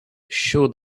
show